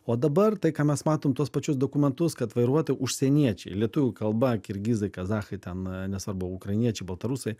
o dabar tai ką mes matom tuos pačius dokumentus kad vairuotojai užsieniečiai lietuvių kalba kirgizai kazachai ten nesvarbu ukrainiečiai baltarusai